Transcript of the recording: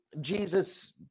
Jesus